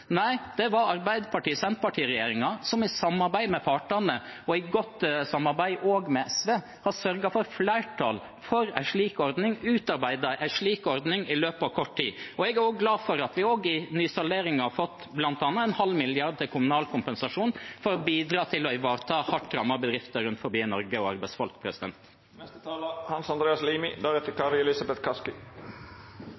Nei, det var Arbeiderparti–Senterparti-regjeringen som i samarbeid med partene – og i godt samarbeid også med SV – har sørget for flertall for en slik ordning og har utarbeidet en slik ordning i løpet av kort tid. Jeg er også glad for at vi i nysalderingen har fått bl.a. en halv milliard til kommunal kompensasjon for å bidra til å ivareta hardt rammede bedrifter og arbeidsfolk rundt omkring i Norge.